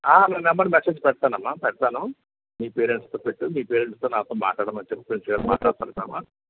ఆ నా number message పెడతానమ్మా పెడతాను మీ పేరెంట్స్ కి పెట్టు మీ పేరెంట్స్ తో నాతో మాట్లాడమని చెప్పు నేను మాట్లాడతానమ్మా